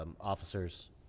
officers